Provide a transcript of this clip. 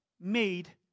made